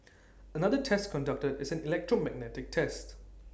another test conducted is an electromagnetic test